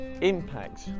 impact